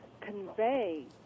convey